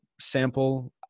sample